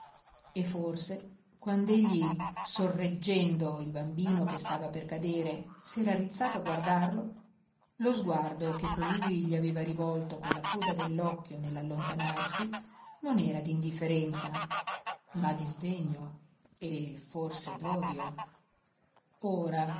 lui e forse quand'egli sorreggendo il bambino che stava per cadere s'era rizzato a guardarlo lo sguardo che colui gli aveva rivolto con la coda dell'occhio nell'allontanarsi non era d'indifferenza ma di sdegno e forse d'odio ora